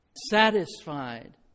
satisfied